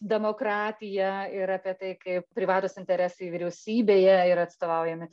demokratiją ir apie tai kaip privatūs interesai vyriausybėje yra atstovaujami